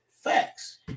Facts